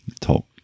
talk